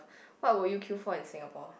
what will you queue for in Singapore